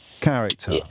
character